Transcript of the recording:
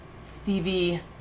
Stevie